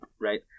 right